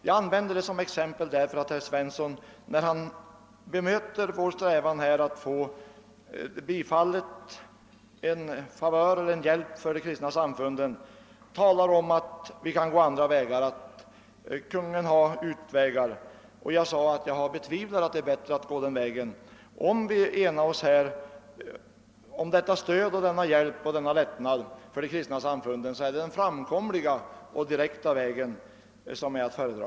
Jag använder det som exempel därför att herr Svensson i Kungälv, när han bemöter vår strävan att få hjälp till de kristna samfunden, talar om att vi kan gå andra vägar, Kungl. Maj:t har möjligheter. Jag betvivlar att det är bättre att göra på det viset. Om vi enar oss här om detta stöd, denna hjälp och denna lättnad för de kristna samfunden så är det den framkomliga och direkta vägen som är att föredra.